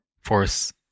force